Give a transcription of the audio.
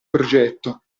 progetto